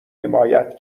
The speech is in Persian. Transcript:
حمایت